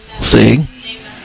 See